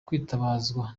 kwitabazwa